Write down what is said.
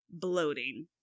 bloating